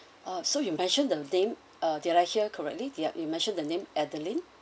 oh so you mentioned the name ah did I hear correctly they are you mentioned the name adeline